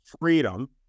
freedom